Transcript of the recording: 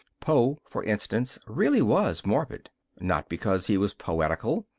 poe, for instance, really was morbid not because he was poetical,